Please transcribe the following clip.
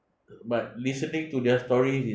but listening to their stories